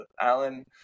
Alan